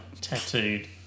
tattooed